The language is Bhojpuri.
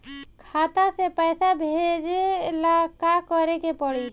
खाता से पैसा भेजे ला का करे के पड़ी?